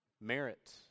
merit